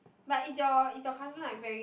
but it's your is your cousin like very